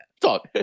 Talk